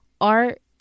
Art